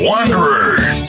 Wanderers